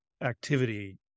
activity